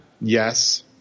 Yes